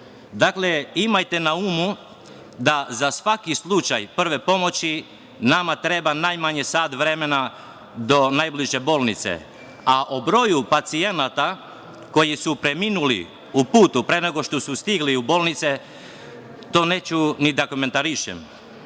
domova, imajte na umu da za svaki slučaj prve pomoći nama treba najmanje sat vremena do najbliže bolnice, a o broju pacijenata koji su preminuli u putu pre nego što su stigli u bolnice, to neću ni da komentarišem,